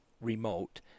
remote